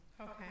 Okay